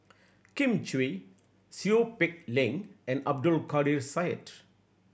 Kin Chui Seow Peck Leng and Abdul Kadir Syed